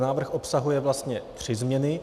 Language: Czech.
Návrh obsahuje vlastně tři změny.